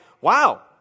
wow